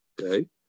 Okay